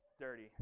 dirty